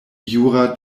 jura